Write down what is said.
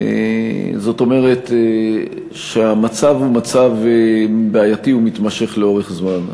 זאת אומרת שהמצב הוא מצב בעייתי ומתמשך לאורך זמן.